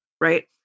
right